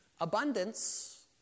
Abundance